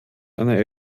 einer